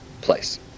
place